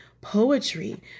poetry